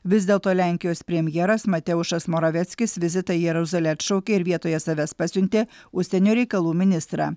vis dėlto lenkijos premjeras mateušas moraveckis vizitą į jeruzalę atšaukė ir vietoje savęs pasiuntė užsienio reikalų ministrą